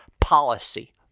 policy